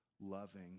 loving